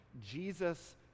Jesus